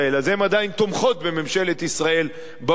אז הן עדיין תומכות בממשלת ישראל באו"ם.